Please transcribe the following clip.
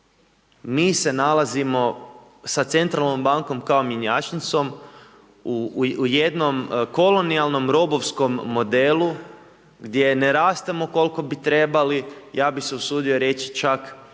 Mi se nalazimo sa Centralnom bankom kao mjenjačnicom u jednom kolonijalnom robovskom modelu gdje ne rastemo koliko bi trebali, ja bih se usudio reći čak